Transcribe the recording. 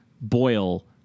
boil